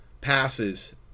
passes